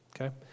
okay